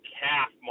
calf